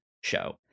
show